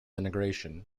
integration